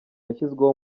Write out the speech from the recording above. yashyizweho